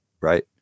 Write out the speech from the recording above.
right